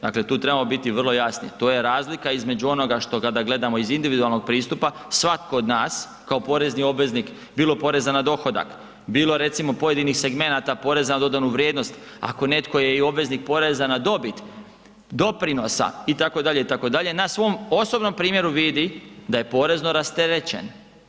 Dakle tu trebamo biti vrlo jasni, to je razlika između onoga što kada gledamo iz individualnog pristupa svatko od nas kao porezni obveznik bilo poreza na dohodak, bilo recimo pojedinih segmenata poreza na dodanu vrijednost ako netko je i obveznih poreza na dobit, doprinosa itd., itd., na svom osobnom primjeru vidi da je porezno rasterećen.